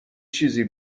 چیزی